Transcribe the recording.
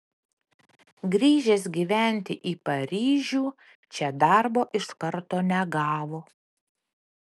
grįžęs gyventi į paryžių čia darbo iš karto negavo